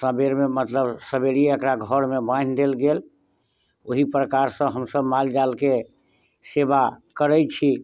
सबेरमे मतलब सबेरही अकरा घरमे बान्हि देल गेल ओही प्रकारसँ हमसब मालजालके सेवा करैत छी